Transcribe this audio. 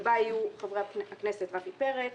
ובה יהיו חברי הכנסת: רפי פרץ,